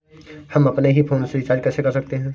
हम अपने ही फोन से रिचार्ज कैसे कर सकते हैं?